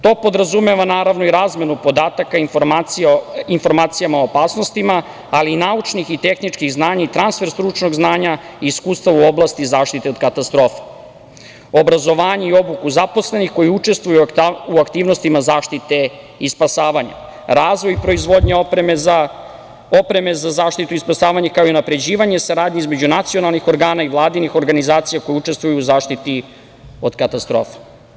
To podrazumeva, naravno, i razmenu podataka, informacija o opasnostima, ali i naučnih i tehničkih znanja i transfer stručnog znanja i iskustava u oblasti zaštite od katastrofa, obrazovanje i obuku zaposlenih koji učestvuju u aktivnostima zaštite i spasavanje, razvoj i proizvodnja opreme za zaštitu i spasavanje, kao i unapređivanje saradnje između nacionalnih organa i vladinih organa i organizacija koje učestvuju u zaštiti od katastrofa.